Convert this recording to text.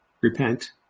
repent